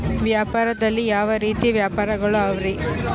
ವ್ಯಾಪಾರದಲ್ಲಿ ಯಾವ ರೇತಿ ವ್ಯಾಪಾರಗಳು ಅವರಿ?